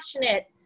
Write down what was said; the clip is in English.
passionate